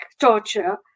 torture